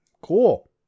cool